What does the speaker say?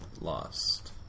lost